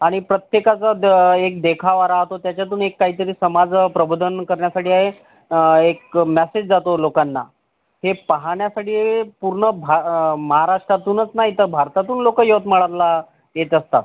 आणि प्रत्येकाचा एक देखावा राहतो त्याच्यातून एक काहीतरी समाज प्रबोधन करण्यासाठी आहे एक मेसेज जातो लोकांना हे पाहण्यासाठी पूर्ण महाराष्ट्रातूनच नाही तर भारतातून लोक यवतमाळला येत असतात